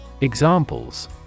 Examples